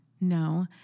No